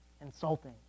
insulting